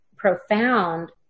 profound